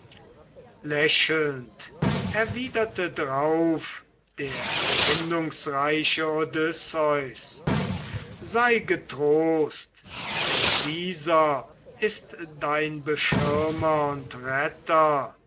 drauf der erfindungsreiche odysseus sei getrost denn dieser ist dein beschirmer und retter